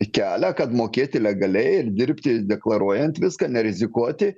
kelią kad mokėti legaliai ir dirbti deklaruojant viską nerizikuoti